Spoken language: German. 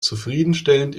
zufriedenstellend